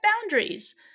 boundaries